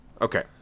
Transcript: Okay